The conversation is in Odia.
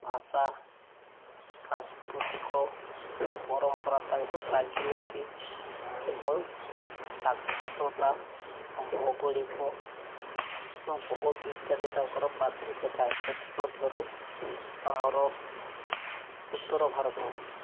ଭାଷା ସାଂସ୍କୃତିକ ପରମ୍ପରା ତାଙ୍କର ରାଜନୀତି ଏବଂ ସାକ୍ଷତତା ଭୌଗଳିକ ବହୁତ ଇତ୍ୟାଦି ତାଙ୍କର ପାର୍ଥକ୍ୟ ଥାଏ ସେଥିମଧ୍ୟରୁ ଆମର ଉତ୍ତର ଭାରତ